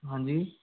हाँ जी